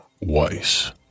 Weiss